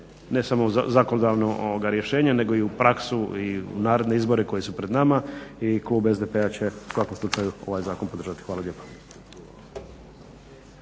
ne samo u zakonodavno rješenje nego i u praksu i u naredne izbore koji su pred nama i klub SDP-a će u svakom slučaju ovaj zakon podržati. Hvala lijepa.